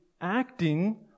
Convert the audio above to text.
acting